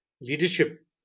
leadership